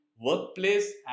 workplace